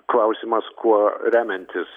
klausimas kuo remiantis